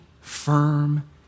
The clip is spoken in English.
firm